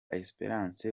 espérance